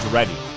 Ready